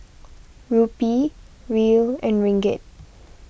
Rupee Riel and Ringgit